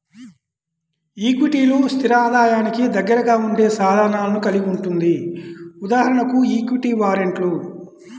ఈక్విటీలు, స్థిర ఆదాయానికి దగ్గరగా ఉండే సాధనాలను కలిగి ఉంటుంది.ఉదాహరణకు ఈక్విటీ వారెంట్లు